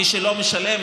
מי שלא משלם,